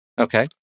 Okay